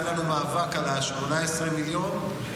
היה לנו מאבק על 18 מיליון,